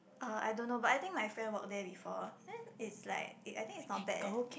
uh I don't know but I think my friend work there before then it's like I think it's not bad eh